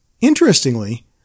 Interestingly